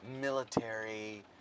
military